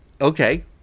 okay